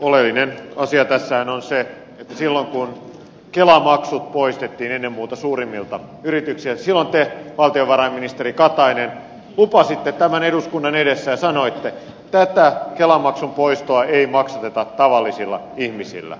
oleellinen asia tässä on se että kun kelamaksut poistettiin ennen muuta suurimmilta yrityksiltä silloin te valtiovarainministeri katainen lupasitte tämän eduskunnan edessä ja sanoitte että tätä kelamaksun poistoa ei maksateta tavallisilla ihmisillä